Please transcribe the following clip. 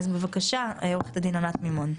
בבקשה, עו"ד ענת מימון.